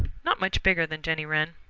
not much bigger than jenny wren.